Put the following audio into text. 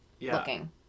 looking